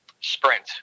sprint